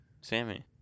Sammy